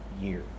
year